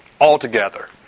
altogether